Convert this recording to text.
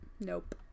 nope